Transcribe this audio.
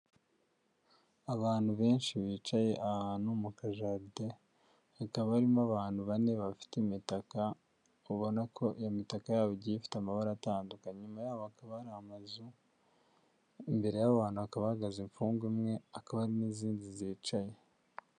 Abantu benshi bicaye ahantu mu kajaride, hakaba harimo abantu bane bafite imitaka ubona ko iyo mitaka yabo igiye ifite amabara atandukanye. Inyuma yabo hakaba hari amazu, imbere y'abo bantu hakaba hahagaze imfungwa imwe hakaba n'izindi zicaye.